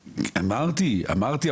אמרתי, אמרתי.